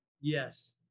Yes